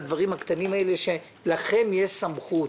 לדברים הקטנים האלה שלכם יש סמכות,